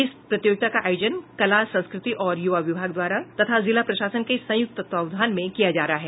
इस प्रतियोगिता का आयोजन कला संस्कृति और यूवा विभाग तथा जिला प्रशासन के संयुक्त तत्वावधान में किया जा रहा है